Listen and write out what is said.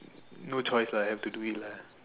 no choice lah have to do it lah